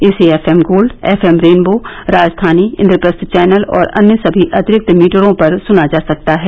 इसे F M gold F M rainbow Rajdhani Indraprastha channel और अन्य सभी अतिरिक्त मीटरों पर सुना जा सकता है